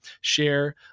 share